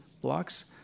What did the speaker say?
blocks